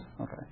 Okay